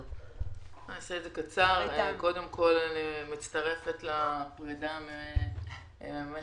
קודם כל, אני מצטרפת לפרידה ממך,